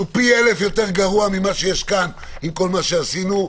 שהוא פי אלף יותר גרוע ממה שיש כאן עם כל מה שעשינו,